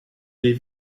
des